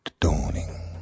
dawning